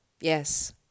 yes